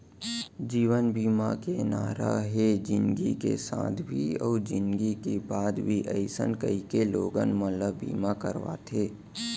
जीवन बीमा के नारा हे जिनगी के साथ भी अउ जिनगी के बाद भी अइसन कहिके लोगन मन ल बीमा करवाथे